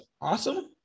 awesome